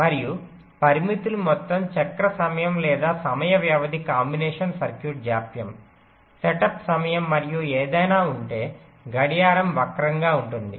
మరియు పరిమితులు మొత్తం చక్రం సమయం లేదా సమయ వ్యవధి కాంబినేషన్ సర్క్యూట్ జాప్యం సెటప్ సమయం మరియు ఏదైనా ఉంటే గడియారం వక్రంగా ఉంటుంది